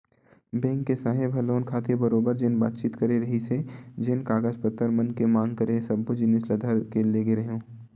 bank के साहेब ह लोन खातिर बरोबर जेन बातचीत करे रिहिस हे जेन कागज पतर मन के मांग करे सब्बो जिनिस ल धर के लेगे रेहेंव